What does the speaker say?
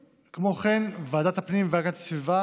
ועדת הפנים והגנת הסביבה